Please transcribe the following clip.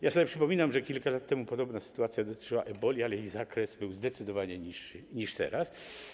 Ja sobie przypominam, że kilka lat temu podobna sytuacja dotyczyła eboli, ale jej zakres był zdecydowanie mniejszy niż teraz.